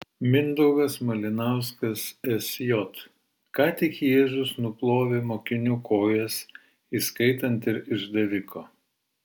mindaugas malinauskas sj ką tik jėzus nuplovė mokinių kojas įskaitant ir išdaviko